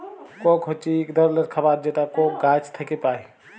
Coke হছে ইক ধরলের খাবার যেটা কোক গাহাচ থ্যাইকে পায়